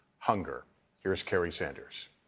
hunger here is kerry sanders.